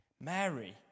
Mary